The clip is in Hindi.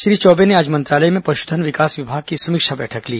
श्री चौबे ने आज मंत्रालय में पशुधन विकास विभाग की समीक्षा बैठक ली